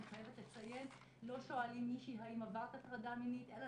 אני חייבת לציין לא שואלים מישהי האם עברת הטרדה מינית אלא